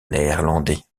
néerlandais